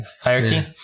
hierarchy